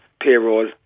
payroll